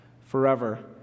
forever